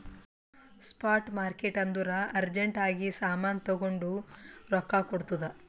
spot market ಅಂದುರ್ urgent ಆಗಿ ಸಾಮಾನ್ ತಗೊಂಡು ರೊಕ್ಕಾ ಕೊಡ್ತುದ್